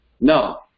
No